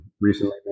recently